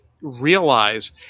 realize